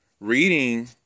reading